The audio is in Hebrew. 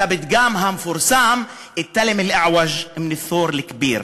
את הפתגם המפורסם: אל ת'לם אל אעווג' מן אל ת'ור אל כּבּיר,